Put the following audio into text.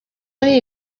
kuri